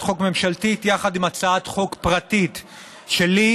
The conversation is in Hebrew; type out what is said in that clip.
חוק ממשלתית יחד עם הצעת חוק פרטית שלי,